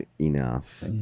enough